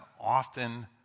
often